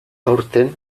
aurten